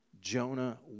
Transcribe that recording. Jonah